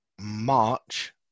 March